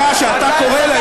תסתכלי בהקלטה.